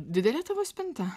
didelė tavo spinta